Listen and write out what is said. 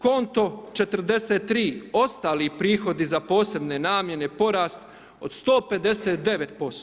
Konto 43, ostali prihodi za posebne namjene, porast od 159%